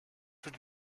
would